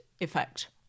effect